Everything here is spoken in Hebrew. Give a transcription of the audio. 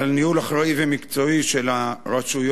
על ניהול אחראי ומקצועי של הרשויות